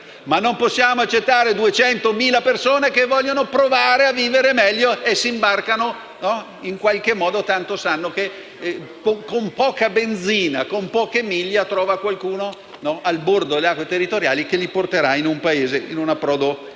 ma non possiamo accettare 200.000 persone che vogliono provare a vivere meglio e si imbarcano in qualche modo, tanto sanno che con poca benzina in poche miglia troveranno qualcuno in prossimità delle acque territoriali che li porteranno in un approdo sicuro.